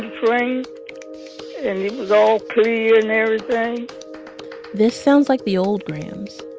train. and it was all clear and everything this sounds like the old grams,